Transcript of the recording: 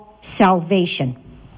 salvation